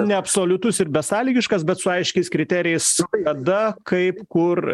neabsoliutus ir besąlygiškas bet su aiškiais kriterijais kada kaip kur